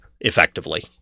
effectively